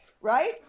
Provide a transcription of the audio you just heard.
right